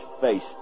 face